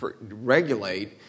regulate